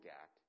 act